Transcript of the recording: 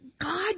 God